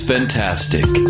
Fantastic